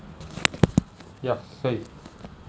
ya 可以